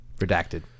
redacted